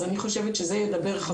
אז אני חושבת שזה ידבר חזק מאוד.